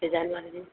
design वारे जी